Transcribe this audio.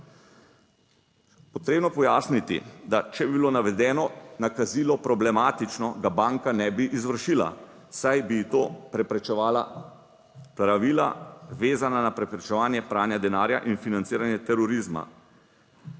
potrebno pojasniti, da če bi bilo navedeno nakazilo problematično, ga banka ne bi izvršila, saj bi to preprečevala pravila, vezana na preprečevanje pranja denarja in financiranje terorizma.